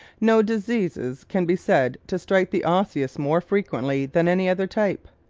no diseases can be said to strike the osseous more frequently than any other type.